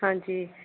ਹਾਂਜੀ